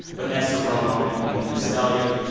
vanessa romo and alina selyukh,